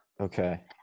Okay